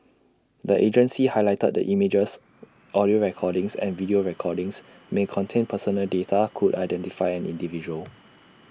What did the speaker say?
the agency highlighted that images audio recordings and video recordings may contain personal data could identify an individual